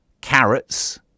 Carrots